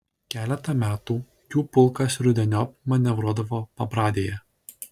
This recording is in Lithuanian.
keletą metų jų pulkas rudeniop manevruodavo pabradėje